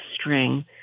String